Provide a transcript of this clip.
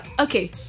okay